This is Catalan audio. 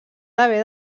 haver